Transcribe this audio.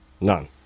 None